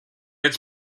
its